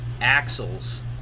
axles